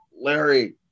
Larry